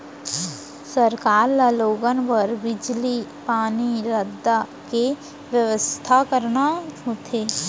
सरकार ल लोगन बर बिजली, पानी, रद्दा के बेवस्था करना होथे